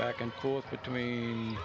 back and forth between